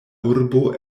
urbo